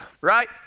right